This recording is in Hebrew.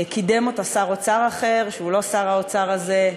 קידם אותה שר אוצר אחר, שהוא לא שר האוצר הזה.